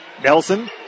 Nelson